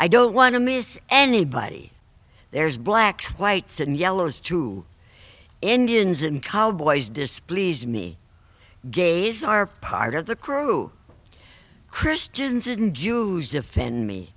i don't want to miss anybody there's blacks whites and yellows jew indians in cowboys displease me gays are part of the crew christians and jews defend me